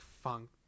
funk